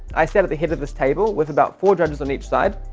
i sat at the head of this table with about four judges on each side,